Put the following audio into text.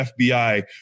FBI